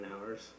hours